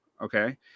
okay